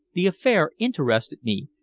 the affair interested me,